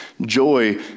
Joy